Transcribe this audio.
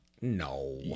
No